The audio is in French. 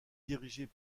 dirigé